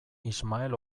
ismael